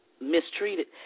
mistreated